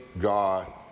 God